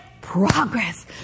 progress